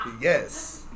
Yes